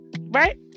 Right